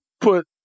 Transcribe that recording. put